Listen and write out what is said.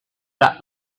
that